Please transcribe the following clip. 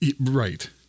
Right